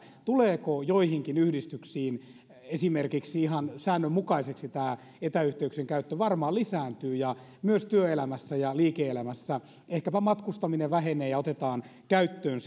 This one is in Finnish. tuleeko joihinkin yhdistyksiin esimerkiksi ihan säännönmukaiseksi tämä etäyhteyksien käyttö se varmaan lisääntyy ja myös työelämässä ja liike elämässä ehkäpä matkustaminen vähenee ja otetaan käyttöön